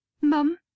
Mum